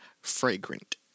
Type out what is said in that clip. fragrant